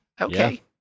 Okay